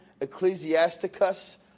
ecclesiasticus